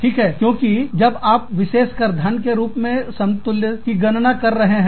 ठीक है क्योंकि जब आप विशेष कर धन के रूप में समतुल्य की गणना कर रहे हैं